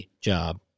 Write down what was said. job